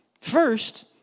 First